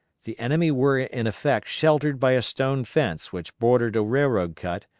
the enemy were in effect sheltered by a stone fence which bordered a railroad cut,